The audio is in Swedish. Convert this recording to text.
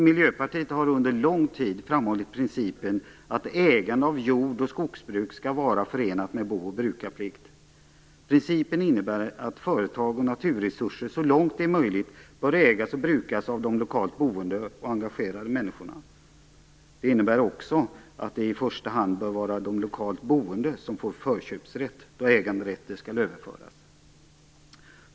Miljöpartiet har under lång tid framhållit principen att ägande av jord och skogsbruk skall vara förenat med en bo och brukarplikt. Principen innebär att företag och naturresurser så långt det är möjligt bör ägas och brukas av de lokalt boende och engagerade människorna. Det innebär också att det i första hand bör vara de lokalt boende som får förköpsrätt då äganderätter skall överföras.